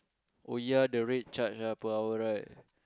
oh ya the rate charge ah right per hour right